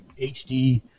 HD